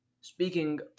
speaking